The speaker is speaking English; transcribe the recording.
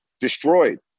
destroyed